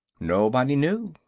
nobody knew.